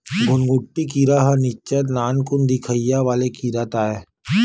घुनघुटी कीरा ह निच्चट नानकुन दिखइया वाले कीरा ताय